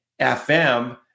FM